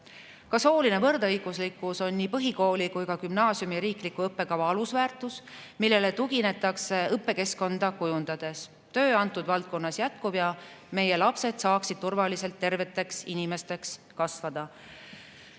Ka sooline võrdõiguslikkus on nii põhikooli kui ka gümnaasiumi riikliku õppekava alusväärtus, millele tuginetakse õppekeskkonda kujundades. Töö antud valdkonnas jätkub, et meie lapsed saaksid turvaliselt terveteks inimesteks kasvada.